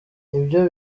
nibyo